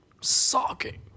socking